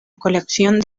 colección